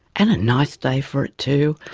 and a nice day for it too,